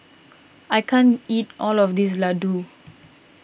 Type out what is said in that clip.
I can't eat all of this Ladoo